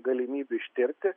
galimybių ištirti